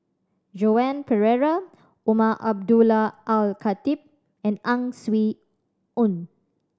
Joan Pereira Umar Abdullah Al Khatib and Ang Swee Aun